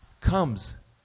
comes